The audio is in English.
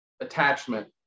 attachment